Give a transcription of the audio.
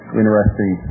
interesting